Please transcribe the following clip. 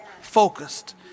focused